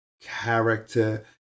character